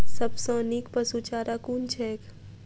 सबसँ नीक पशुचारा कुन छैक?